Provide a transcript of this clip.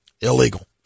Illegal